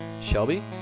Shelby